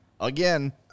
Again